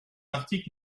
article